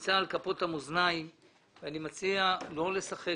נמצא על כפות המאזניים ואני מציע לא לשחק